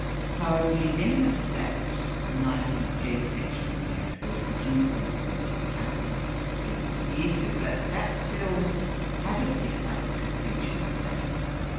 so, the amendments to that ninety g section of the act were to reduce the number of technicalities you had to adhere to, but that still hasn't fixed up the confusion, it seems.